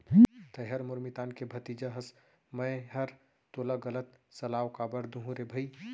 तैंहर मोर मितान के भतीजा हस मैंहर तोला गलत सलाव काबर दुहूँ रे भई